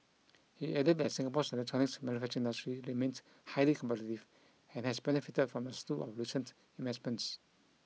he added that Singapore's electronics manufacturing industry remained highly and has benefited from a slew of recent investments